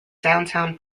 downtown